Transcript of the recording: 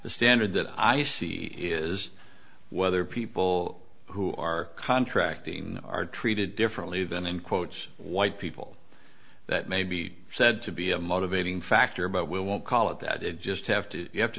the standard that i see is whether people who are contracting are treated differently than in quotes white people that may be said to be a motivating factor but we won't call it that it just have to you have to